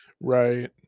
Right